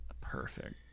Perfect